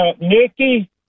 Nikki